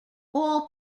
all